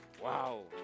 Wow